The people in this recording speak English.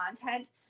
content